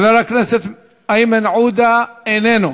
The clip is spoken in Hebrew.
חבר הכנסת איימן עודה, איננו.